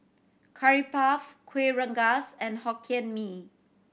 Curry Puff Kuih Rengas and Hokkien Mee